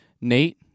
Nate